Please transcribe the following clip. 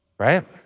Right